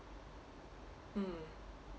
mm